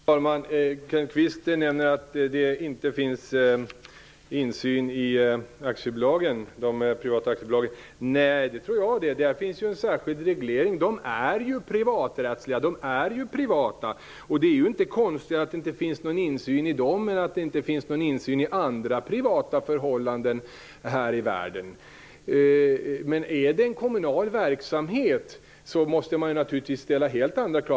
Fru talman! Kenneth Kvist säger att det inte finns någon insyn i de privata aktiebolagen. Nej, det tror jag det. Det finns ju en särskild reglering av dem. De är ju privaträttsliga, de är privata. Det är ju inte konstigt att det inte finns någon insyn i dem eller att det inte finns någon insyn i andra privata förhållanden här i världen. Men är det en kommunal verksamhet måste man naturligtvis ställa helt andra krav.